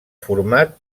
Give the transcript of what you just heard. format